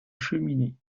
cheminée